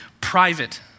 private